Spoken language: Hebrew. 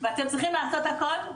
ואתם צריכים לעשות הכל,